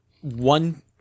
one –